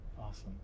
Awesome